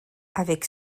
avec